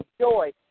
joy